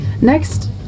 Next